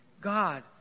God